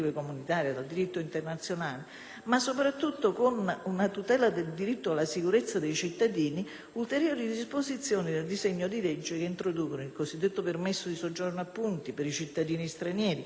ulteriori disposizioni del disegno di legge che introducono il cosiddetto permesso di soggiorno a punti per i cittadini stranieri; estendono il periodo di possibile trattenimento sotto forma di detenzione amministrativa nei centri di identificazione,